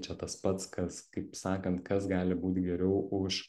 čia tas pats kas kaip sakant kas gali būt geriau už